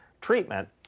treatment